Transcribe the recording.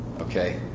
Okay